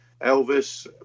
Elvis